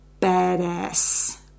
Badass